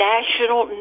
National